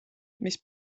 mis